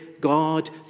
God